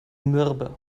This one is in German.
mürbe